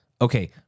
Okay